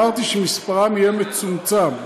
אמרתי שמספרם יהיה מצומצם.